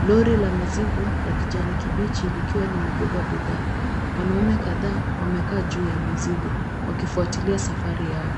Lori la mizigo la kijani kibichi likiwa limebeba bidhaa, wanaume kadhaa wamekaa juu ya mizigo wakifwatilia safari yao,